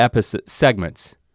segments